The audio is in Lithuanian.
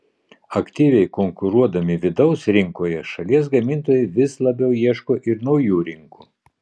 aktyviai konkuruodami vidaus rinkoje šalies gamintojai vis labiau ieško ir naujų rinkų